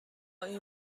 این